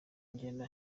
ngendo